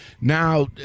now